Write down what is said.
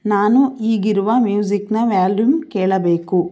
ನಾನು ಈಗಿರುವ ಮ್ಯೂಸಿಕ್ನ ವ್ಯಾಲ್ಯೂಮ್ ಕೇಳಬೇಕು